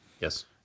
Yes